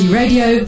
radio